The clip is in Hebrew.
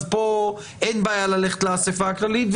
אז פה אין בעיה ללכת לאספה הכללית,